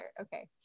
Okay